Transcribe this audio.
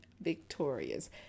victorious